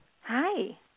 Hi